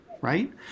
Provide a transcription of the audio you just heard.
right